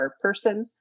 person